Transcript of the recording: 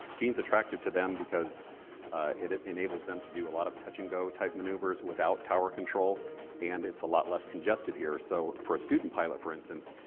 jean's attractive to them because it enables them to do a lot of touch-and-go type maneuvers without tower control and it's a lot less congested here. so, for a student pilot for instance,